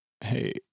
hey